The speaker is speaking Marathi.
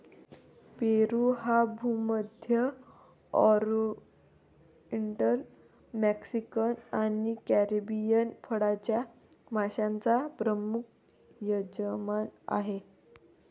पेरू हा भूमध्य, ओरिएंटल, मेक्सिकन आणि कॅरिबियन फळांच्या माश्यांचा प्रमुख यजमान आहे